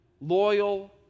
loyal